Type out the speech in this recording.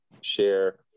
share